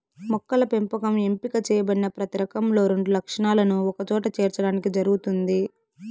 మొక్కల పెంపకం ఎంపిక చేయబడిన ప్రతి రకంలో రెండు లక్షణాలను ఒకచోట చేర్చడానికి జరుగుతుంది